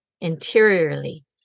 interiorly